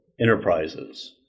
enterprises